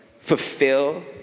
fulfill